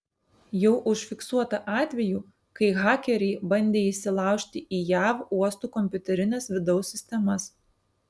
jau užfiksuota atvejų kai hakeriai bandė įsilaužti į jav uostų kompiuterines vidaus sistemas